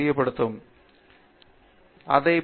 பேராசிரியர் பிரதாப் ஹரிதாஸ் சரி